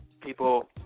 people